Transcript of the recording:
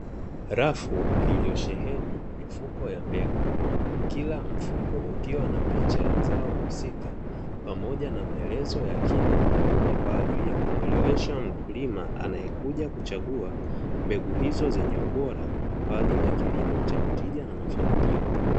Rafu iliyosheheni mifuko ya mbegu, kila mfuko ukiwa na picha ya zao husika pamoja na maelezo ya kina kwa ajili ya kumuelewesha mkulima anaekuja kuchagua mbegu hizo zenye ubora kwa ajili ya kilimo chenye tija na mafanikio.